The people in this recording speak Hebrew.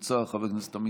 חבר הכנסת אלכס קושניר,